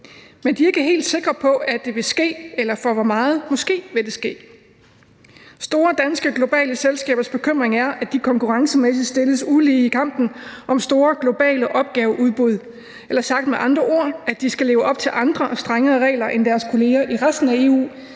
Men de er ikke helt sikre på, at eller hvor meget det vil ske – måske vil det ske. Store danske globale selskabers bekymring er, at de konkurrencemæssigt stilles ulige i kampen om store globale opgaveudbud; eller sagt med andre ord: at de skal leve op til andre og strengere regler end deres kolleger i resten af EU,